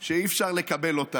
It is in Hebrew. שאי-אפשר לקבל אותה.